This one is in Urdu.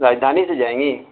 راجدھانی سے جائیں گی